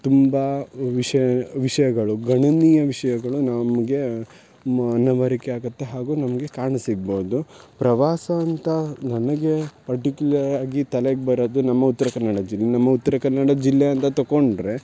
ತುಂಬ ವಿಷಯ ವಿಷಯಗಳು ಗಣನೀಯ ವಿಷಯಗಳು ನಮಗೆ ಮನವರಿಕೆ ಆಗುತ್ತೆ ಹಾಗೆ ನಮಗೆ ಕಾಣ ಸಿಗ್ಬಹ್ದು ಪ್ರವಾಸ ಅಂತ ನನಗೆ ಪರ್ಟಿಕ್ಯುಲರ್ ಆಗಿ ತಲೆಗೆ ಬರೋದು ನಮ್ಮ ಉತ್ತರ ಕನ್ನಡ ಜಿಲ್ಲೆ ನಮ್ಮ ಉತ್ತರ ಕನ್ನಡ ಜಿಲ್ಲೆ ಅಂತ ತಕೊಂಡರೆ